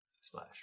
Splash